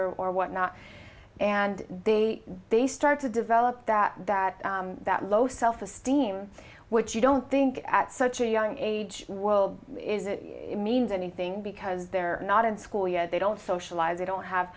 or or what not and they start to develop that that that low self esteem which you don't think at such a young age world is it means anything because they're not in school yet they don't socialize they don't have